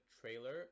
trailer